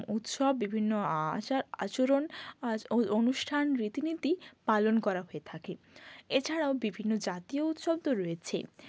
উৎসব বিভিন্ন আচার আচরণ আচ অনুষ্ঠান রীতিনীতি পালন করা হয়ে থাকে এছাড়াও বিভিন্ন জাতীয় উৎসব তো রয়েছে